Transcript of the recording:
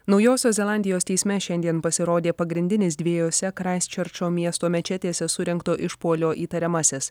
naujosios zelandijos teisme šiandien pasirodė pagrindinis dviejose kraisčerčo miesto mečetėse surengto išpuolio įtariamasis